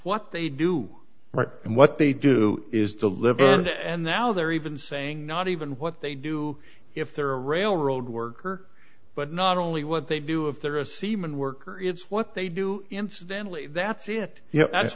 what they do and what they do is to live and that how they're even saying not even what they do if they're a railroad worker but not only what they do if they're a seaman worker it's what they do incidentally that's it y